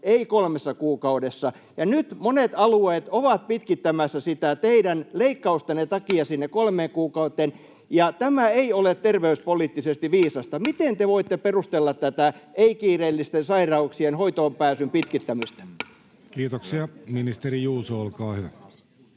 ei kolmessa kuukaudessa. Nyt monet alueet ovat pitkittämässä sitä teidän leikkaustenne takia sinne kolmeen kuukauteen, ja tämä ei ole terveyspoliittisesti viisasta. Miten te voitte perustella tätä ei-kiireellisten sairauksien hoitoonpääsyn pitkittämistä? [Kimmo Kiljunen: Nyt